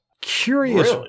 Curious